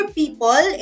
people